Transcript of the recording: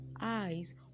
eyes